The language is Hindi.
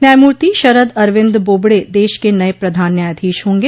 न्यायमूर्ति शरद अरविन्द बोबडे देश के नये प्रधान न्यायाधीश होंगे